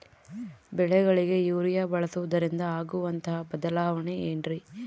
ಬೆಳೆಗಳಿಗೆ ಯೂರಿಯಾ ಬಳಸುವುದರಿಂದ ಆಗುವಂತಹ ಬದಲಾವಣೆ ಏನ್ರಿ?